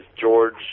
George